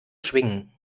schwingen